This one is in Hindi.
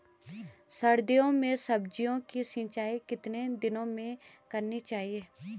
सर्दियों में सब्जियों की सिंचाई कितने दिनों में करनी चाहिए?